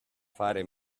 fare